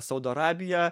saudo arabija